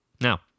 Now